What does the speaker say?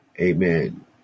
Amen